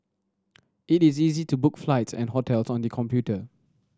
it is easy to book flights and hotel on the computer